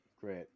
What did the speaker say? Great